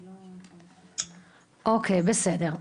אוקי, בסדר.